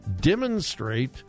demonstrate